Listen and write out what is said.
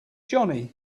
johnny